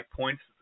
points